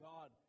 God